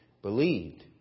Believed